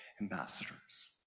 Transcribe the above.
ambassadors